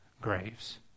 graves